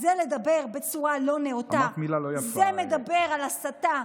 זה לדבר בצורה לא נאותה, זה מדבר על הסתה.